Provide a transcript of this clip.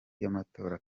y’amatora